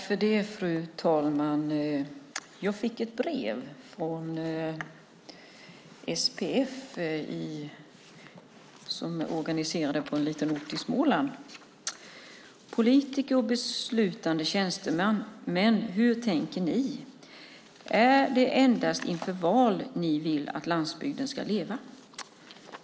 Fru talman! Jag fick ett brev från organiserade i SPF på en liten ort i Småland. "Politiker och beslutande tjänstemän hur tänker Ni, är det endast inför val Ni vill att landsbygden skall leva.